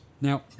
Now